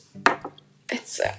it's-